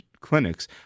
clinics